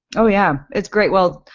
oh yeah, it's great. well,